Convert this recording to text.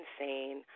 insane